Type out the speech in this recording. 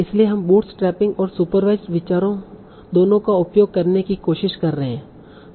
इसलिए हम बूटस्ट्रैपिंग और सुपरवाइसड विचारों दोनों का उपयोग करने की कोशिश कर रहे हैं